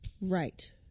Right